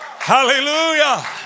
Hallelujah